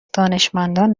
دانشمندان